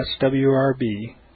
swrb